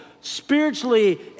spiritually